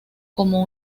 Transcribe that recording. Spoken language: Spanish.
como